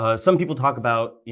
ah some people talk about, you